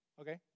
okay